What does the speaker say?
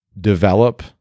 develop